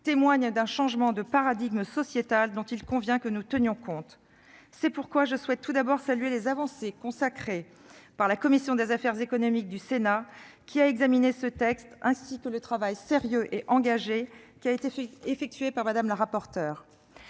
témoigne d'un changement de paradigme sociétal, dont nous devons tenir compte. C'est pourquoi je souhaite tout d'abord saluer les avancées consacrées par la commission des affaires économiques du Sénat, qui a examiné ce texte, ainsi que le travail sérieux et engagé de Mme la rapporteure.